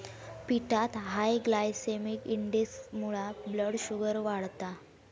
पिठात high glycaemic इंडेक्समुळा blood sugar वाढता